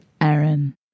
Aaron